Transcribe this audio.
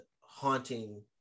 haunting